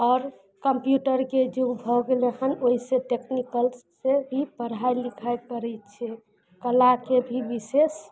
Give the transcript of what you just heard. आओर कम्प्यूटरके युग भऽ गेलै हन ओइसँ टेक्निकलसँ भी पढ़ाइ लिखाइ करय छै कलाके भी विशेष